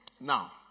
Now